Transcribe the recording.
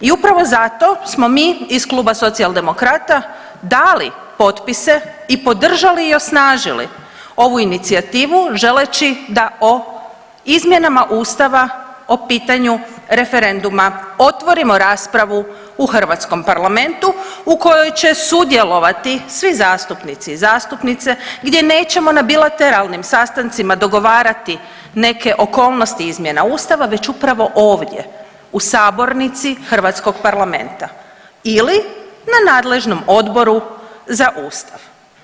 I upravo zato smo mi iz Kluba Socijaldemokrata dali potpise i podržali i osnažili ovu inicijativu želeći da o izmjenama Ustava o pitanju referenduma otvorimo raspravu u hrvatskom parlamentu u kojoj će sudjelovati svi zastupnici i zastupnice gdje nećemo na bilateralnim sastancima dogovarati neke okolnosti izmjena Ustava već upravo ovdje, u sabornici hrvatskog parlamenta ili na nadležnom Odboru za Ustav.